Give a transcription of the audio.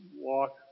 walk